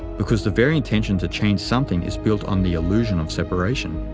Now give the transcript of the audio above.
because the very intention to change something is built on the illusion of separation.